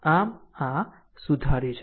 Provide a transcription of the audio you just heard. આમ આ સુધાર્યું છે